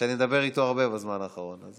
שאני מדבר איתו הרבה בזמן האחרון.